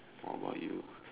what about you